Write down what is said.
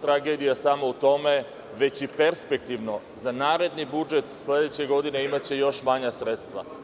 tragedija samo u tome, već i perspektivno, za naredni budžet sledeće godine imaće još manja sredstva.